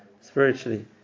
spiritually